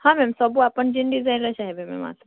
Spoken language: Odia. ହଁ ମ୍ୟାମ୍ ସବୁ ଆପଣ ଯେନ୍ ଡ଼ିଜାଇନ୍ର ଚାହିଁବେ ମ୍ୟାମ୍